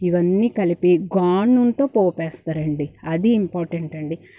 ఇవన్నీ కలిపి గాను నూనెతో పోపేస్తారండీ అది ఇంపార్టెంట్ అండి